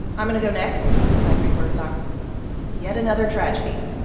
i'm going to go next. my three words are yet another tragedy.